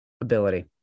ability